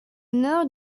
nord